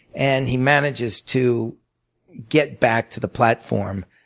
and he manages to get back to the platform.